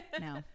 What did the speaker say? No